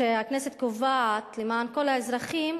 שהכנסת קובעת למען כל האזרחים,